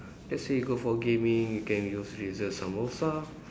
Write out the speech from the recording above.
let's say you go for gaming you can use Razer Salmosa